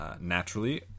Naturally